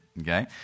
Okay